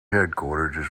headquarters